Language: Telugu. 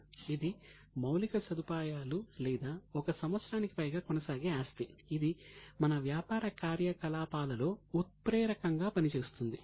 ఇది మౌలిక సదుపాయాలు లేదా 1 సంవత్సరానికి పైగా కొనసాగే ఆస్తి ఇది మన వ్యాపార కార్యకలాపాలలలో ఉత్ప్రేరకంగా పనిచేస్తుంది